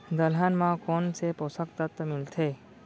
दलहन म कोन से पोसक तत्व मिलथे?